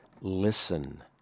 listen